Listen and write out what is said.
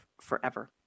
forever